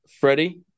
Freddie